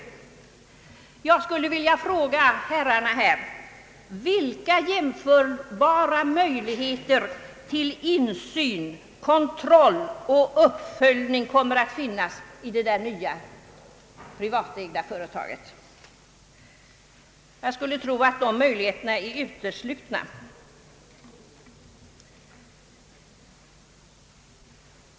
Jag vill fråga herrarna här: Vilka jämförbara möjligheter till insyn, kontroll och uppföljning kommer att finnas i det nya privatägda företaget? Jag skulle tro att de möjligheterna är uteslutna.